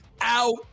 out